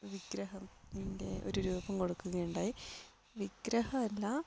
വിഗ്രഹത്തിൻ്റെ ഒരു രൂപം കൊടുക്കുകയുണ്ടായി വിഗ്രഹം അല്ല